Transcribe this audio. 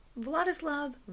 Vladislav